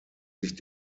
sich